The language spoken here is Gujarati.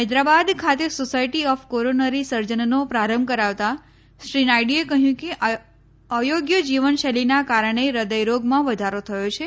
હૈદરાબાદ ખાતે સોસાયટી ઓફ કોરોનરી સર્જનનો પ્રારંભ કરાવતા શ્રી નાય઼ડુએ કહ્યું કે અયોગ્ય જીવનશૈલીના કારણે હ્યદય રોગમાં વધારો થયો છે